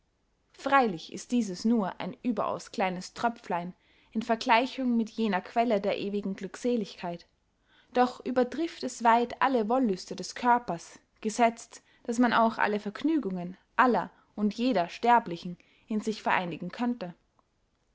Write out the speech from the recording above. freylich ist dieses nur ein überaus kleines tröpflein in vergleichung mit jener quelle der ewigen glückseligkeit doch übertrift es weit alle wollüste des körpers gesetzt daß man auch alle vergnügungen aller und jeder sterblichen in sich vereinigen könnte